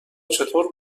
چطور